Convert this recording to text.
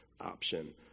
option